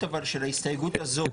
אבל --- של ההסתייגות הזאת.